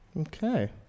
Okay